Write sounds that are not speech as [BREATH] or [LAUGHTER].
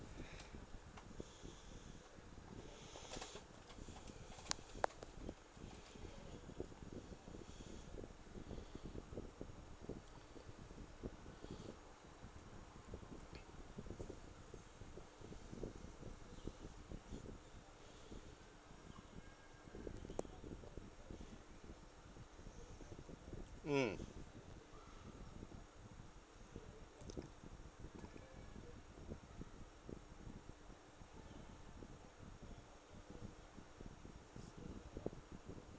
[NOISE] [BREATH] mm [NOISE]